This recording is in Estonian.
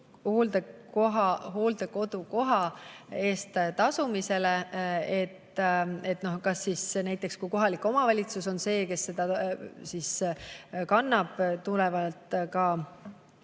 kohalik omavalitsus on see, kes seda kannab, tulenevalt ka